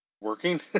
Working